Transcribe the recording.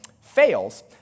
fails